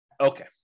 Okay